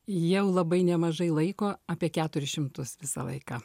jau labai nemažai laiko apie keturis šimtus visą laiką